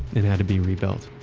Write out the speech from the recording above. it had to be rebuilt.